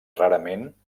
rarament